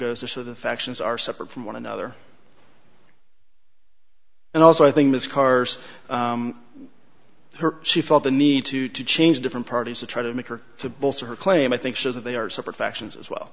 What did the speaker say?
goes to show the factions are separate from one another and also i think ms carr's her she felt the need to to change different parties to try to make her to bolster her claim i think shows that they are separate factions as well